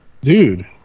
dude –